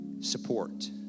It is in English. Support